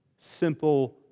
Simple